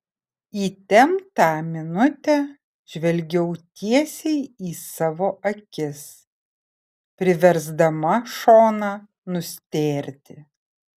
įtemptą minutę žvelgiau tiesiai į savo akis priversdama šoną nustėrti